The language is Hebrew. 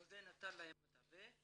חוזה נתן להם המתווך,